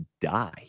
die